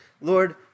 Lord